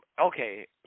okay